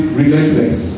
relentless